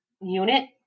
unit